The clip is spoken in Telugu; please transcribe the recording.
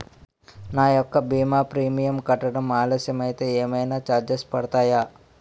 నా యెక్క భీమా ప్రీమియం కట్టడం ఆలస్యం అయితే ఏమైనా చార్జెస్ పడతాయా?